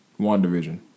WandaVision